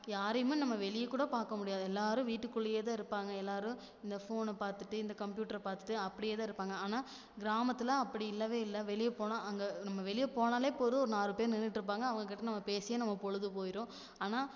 யாரையும் நம்ம வெளியே கூட பார்க்க முடியாது எல்லோரும் வீட்டுக்குள்ளேயே தான் இருப்பாங்க எல்லோரும் இந்த ஃபோனை பார்த்துட்டு இந்த கம்ப்யூட்டரை பார்த்துட்டு அப்படியே தான் இருப்பாங்க ஆனால் கிராமத்தில் அப்படி இல்லவே இல்லை வெளியே போனால் அங்கே நம்ம வெளியே போனால் போதும் ஒரு நாலு பேர் நின்னுட்டு இருப்பாங்க அவங்கக்கிட்டே நம்ம பேசியே நம்ம பொழுது போயிடும் ஆனால்